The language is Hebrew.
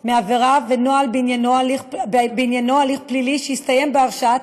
מעבירה ונוהל בעניינו הליך פלילי שהסתיים בהרשעת